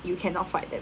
you cannot fight them